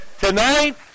Tonight